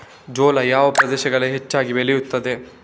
ಜೋಳ ಯಾವ ಪ್ರದೇಶಗಳಲ್ಲಿ ಹೆಚ್ಚಾಗಿ ಬೆಳೆಯುತ್ತದೆ?